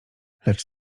lecz